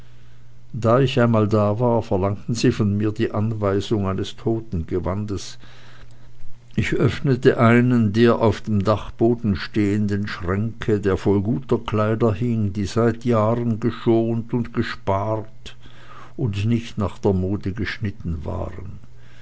da ich einmal da war verlangten sie von mir die anweisung eines totengewandes ich öffnete einen der auf dem dachboden stehenden schränke der voll guter kleider hing die seit jahren geschont und gespart und nicht nach der mode geschnitten waren